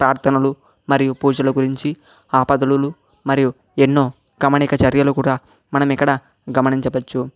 ప్రార్థనలు మరియు పూజల గురించి ఆపదలులు మరియు ఎన్నో గమనిక చర్యలు కూడా మనం ఇక్కడ గమనించవచ్చు